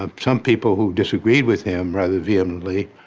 ah some people who disagreed with him rather vehemently